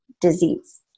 disease